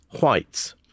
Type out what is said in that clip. whites